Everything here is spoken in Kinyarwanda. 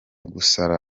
gusara